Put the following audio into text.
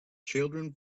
children